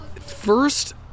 First